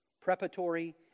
preparatory